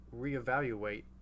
reevaluate